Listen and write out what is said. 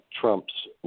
Trump's